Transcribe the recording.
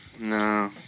No